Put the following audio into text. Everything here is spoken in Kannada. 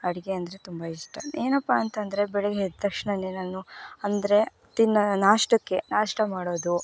ಅಡುಗೆ ಅಂದರೆ ತುಂಬ ಇಷ್ಟ ಏನಪ್ಪಾ ಅಂತಂದರೆ ಬೆಳಗ್ಗೆ ಎದ್ದ ತಕ್ಷಣವೇ ನಾನು ಅಂದರೆ ತಿನ್ನೋ ನಾಷ್ಟಕ್ಕೆ ನಾಷ್ಟ ಮಾಡೋದು